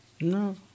No